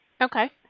Okay